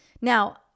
now